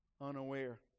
unaware